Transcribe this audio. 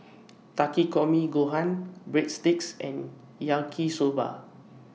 Takikomi Gohan Breadsticks and Yaki Soba